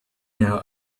now